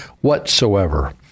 whatsoever